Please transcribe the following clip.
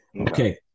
Okay